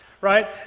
right